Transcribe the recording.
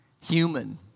human